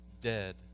dead